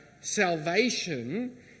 salvation